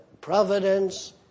providence